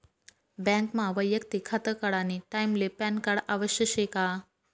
बँकमा वैयक्तिक खातं काढानी टाईमले पॅनकार्ड आवश्यक शे का?